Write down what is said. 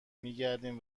میگردیم